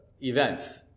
events